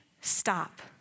stop